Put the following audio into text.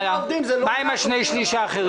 מה עם שני-השלישים הנוספים?